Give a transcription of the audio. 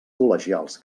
col·legials